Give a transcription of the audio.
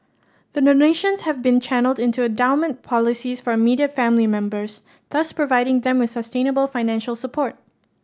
the donations have been channelled into endowment policies for immediate family members thus providing them with sustainable financial support